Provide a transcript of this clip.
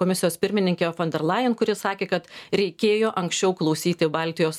komisijos pirmininkę fonderlajen kuri sakė kad reikėjo anksčiau klausyti baltijos